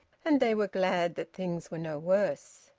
and they were glad that things were no worse.